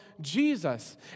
Jesus